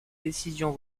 décisions